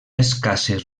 escasses